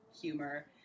humor